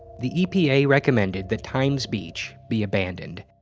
the epa recommended that times beach be abandoned.